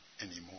anymore